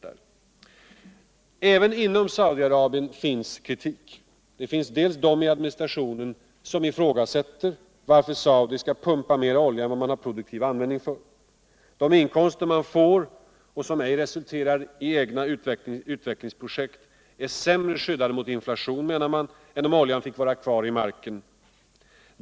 Även inom Saudi-Arabien finns kritik. Det finns de i administrationen som ifrågasätter varför Saudi-Arabien skall pumpa mer olja än vad man har produktiv användning för. De inkomster man får, och som ej resulterar i egna utvecklingsprojekt. är sämre skyddade mot inflation, menar man, än om oljan fick vara kvar i marken.